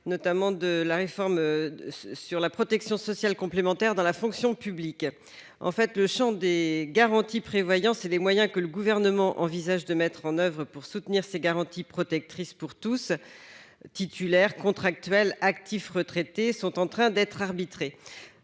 porte sur la réforme en cours de la protection sociale complémentaire dans la fonction publique. Le champ des garanties prévoyance et les moyens que le Gouvernement envisage de mettre en oeuvre pour soutenir ces garanties protectrices pour tous - titulaires, contractuels, actifs et retraités - sont en train d'être arbitrés.